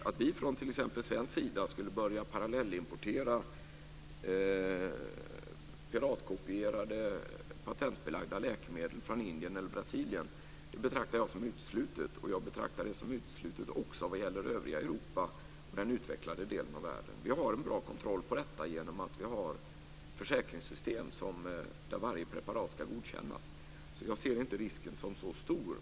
Att vi från t.ex. svensk sida skulle börja parallellimportera piratkopierade patentbelagda läkemedel från Indien eller Brasilien betraktar jag som uteslutet, och jag betraktar det som uteslutet också vad gäller övriga Europa och den utvecklade delen av världen. Vi har en bra kontroll på detta genom att vi har försäkringssystem där varje preparat ska godkännas, så jag ser inte risken som så stor.